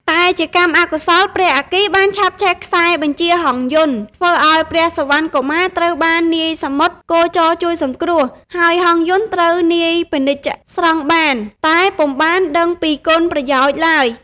តែជាកម្មអកុសល ព្រះអគ្គីបានឆាបឆេះខ្សែបញ្ជាហង្សយន្ត ធ្វើឱ្យព្រះសុវណ្ណកុមារត្រូវបាននាយសមុទ្រគោចរជួយសង្គ្រោះ ហើយហង្សយន្តត្រូវនាយពាណិជ្ជស្រង់បាន តែពុំបានដឹងពីគុណប្រយោជន៍ឡើយ។